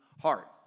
heart